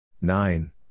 Nine